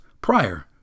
prior